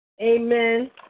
Amen